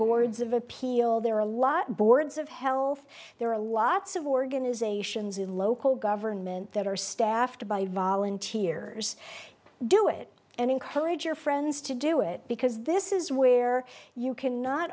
boards of appeal there are a lot boards of health there are lots of organisations in local government that are staffed by volunteers do it and encourage your friends to do it because this is where you can not